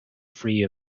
free